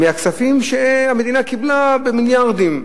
שמשולמת מהכספים שהמדינה קיבלה, מיליארדים,